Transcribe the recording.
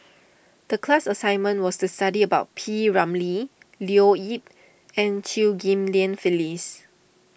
the class assignment was to study about P Ramlee Leo Yip and Chew Ghim Lian Phyllis